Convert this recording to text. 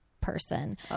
person